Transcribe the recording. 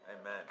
amen